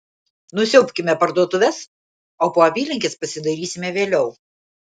nusiaubkime parduotuves o po apylinkes pasidairysime vėliau